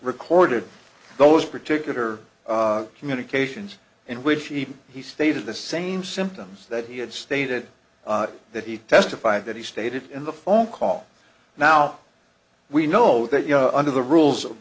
recorded those particular communications in which even he stated the same symptoms that he had stated that he testified that he stated in the phone call now we know that you know under the rules of